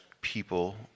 people